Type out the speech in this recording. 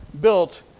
built